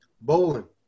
Bowling